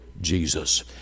Jesus